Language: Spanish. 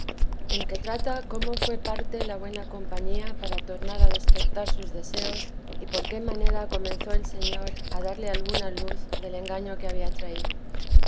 en que trata cómo fué parte la buena compañía para tornar a despertar sus deseos y por qué manera comenzó el señor a darle alguna luz del engaño que había traído